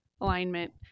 alignment